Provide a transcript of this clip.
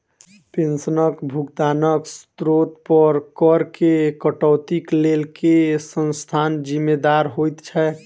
पेंशनक भुगतानक स्त्रोत पर करऽ केँ कटौतीक लेल केँ संस्था जिम्मेदार होइत छैक?